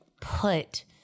put